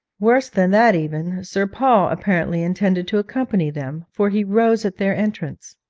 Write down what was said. worse than that even, sir paul apparently intended to accompany them, for he rose at their entrance.